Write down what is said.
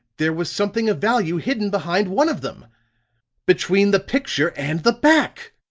there was something of value hidden behind one of them between the picture and the back!